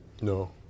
No